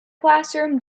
classroom